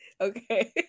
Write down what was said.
okay